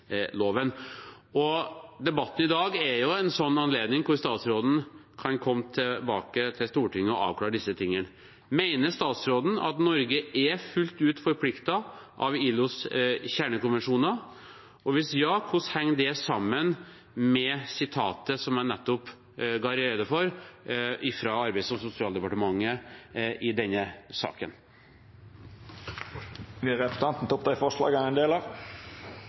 Debatten i dag er en anledning for statsråden til å komme tilbake til Stortinget og avklare disse tingene. Mener statsråden at Norge er fullt ut forpliktet av ILOs kjernekonvensjoner? Hvis ja, hvordan henger det sammen med sitatet jeg nettopp gjorde rede for, fra Arbeids- og sosialdepartementet, i denne saken? Jeg tar opp de forslagene Arbeiderpartiet er en del av.